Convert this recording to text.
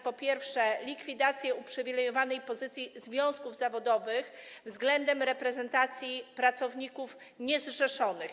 Po pierwsze, likwidacja uprzywilejowanej pozycji związków zawodowych względem reprezentacji pracowników niezrzeszonych.